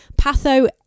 patho